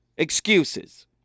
Excuses